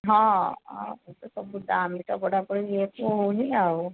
ହଁ ଏବେ ତ ସବୁ ଦାମ ତ ବଢ଼ା ବଢ଼ି ବୋଲି ହେଉନି ଆଉ